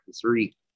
three